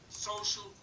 Social